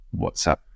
WhatsApp